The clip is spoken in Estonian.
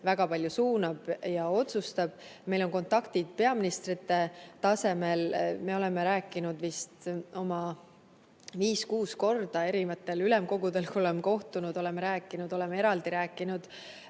väga palju suunab ja otsustab. Meil on kontaktid peaministrite tasemel. Me oleme rääkinud vist oma viis-kuus korda, ülemkogudel oleme kohtunud ja oleme rääkinud, oleme eraldi rääkinud